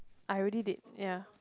I already did ya